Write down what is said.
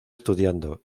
estudiando